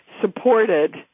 supported